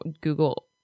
Google